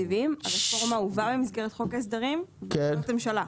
הרפורמה הובאה במסגרת חוק ההסדרים בהחלטת ממשלה,